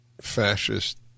fascist